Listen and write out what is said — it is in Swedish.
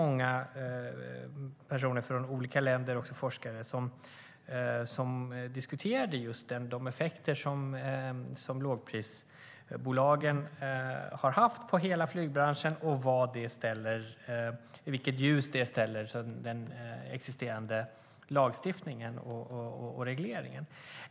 Många, även forskare, från olika länder diskuterade just de effekter som lågprisbolagen har haft på hela flygbranschen och i vilket ljus det ställer den existerande lagstiftningen och regleringen.